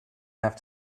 have